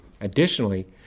Additionally